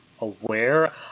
aware